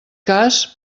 cas